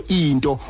indo